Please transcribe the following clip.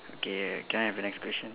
okay can I have the next question